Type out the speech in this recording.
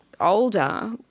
Older